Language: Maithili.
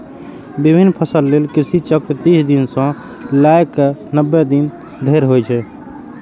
विभिन्न फसल लेल कृषि चक्र तीस दिन सं लए कए नब्बे दिन धरि होइ छै